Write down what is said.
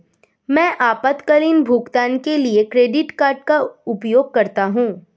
मैं आपातकालीन भुगतान के लिए क्रेडिट कार्ड का उपयोग करता हूं